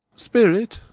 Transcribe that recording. spirit!